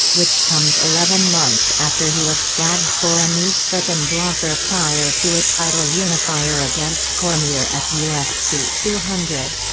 which comes eleven months after he was flagged for an estrogen blocker prior to a title unifier against cormier at ufc two hundred.